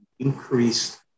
increased